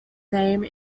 name